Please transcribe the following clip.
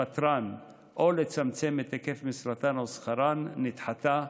לפטרן או לצמצם את היקף משרתן או שכרן נדחתה,